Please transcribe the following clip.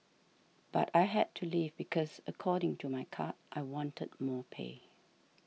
but I had to leave because according to my card I wanted more pay